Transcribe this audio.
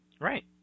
Right